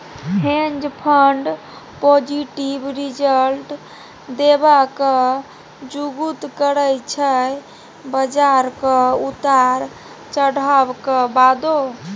हेंज fund positive result देबाक जुगुत करय छै बजारक उतार चढ़ाबक बादो